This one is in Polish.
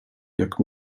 jak